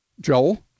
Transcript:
Joel